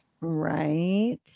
Right